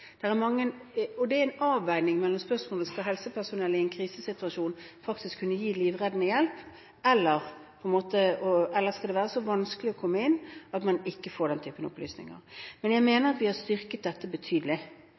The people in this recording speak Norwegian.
er en avveining mellom spørsmålet om helsepersonell i en krisesituasjon skal kunne gi livreddende hjelp og om det skal være så vanskelig å komme inn at man ikke får den typen opplysninger. Jeg mener at vi har styrket dette betydelig.